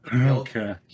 Okay